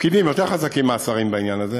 הפקידים יותר חזקים מהשרים בעניין הזה,